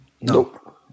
No